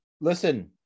listen